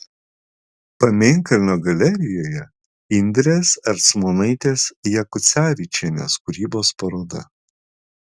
pamėnkalnio galerijoje indrės ercmonaitės jakucevičienės kūrybos paroda